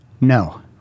No